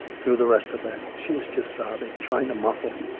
through the rest of that. she was just sobbing, trying to muffle